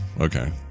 okay